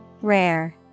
Rare